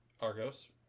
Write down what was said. Argos